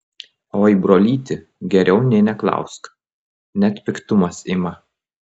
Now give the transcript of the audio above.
oi brolyti geriau nė neklausk net piktumas ima